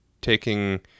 taking